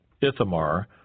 Ithamar